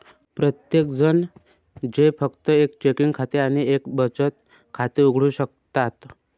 प्रत्येकजण जे फक्त एक चेकिंग खाते आणि एक बचत खाते उघडू शकतात